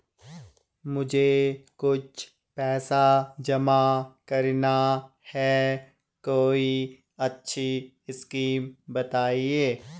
मुझे कुछ पैसा जमा करना है कोई अच्छी स्कीम बताइये?